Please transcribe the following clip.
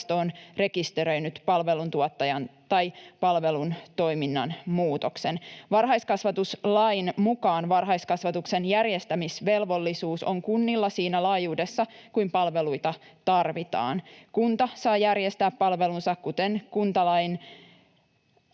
on rekisteröinyt palveluntuottajan tai palvelun toiminnan muutoksen. Varhaiskasvatuslain mukaan varhaiskasvatuksen järjestämisvelvollisuus on kunnilla siinä laajuudessa kuin palveluita tarvitaan. Kunta saa järjestää palvelunsa kuten kuntalaissa